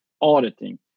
auditing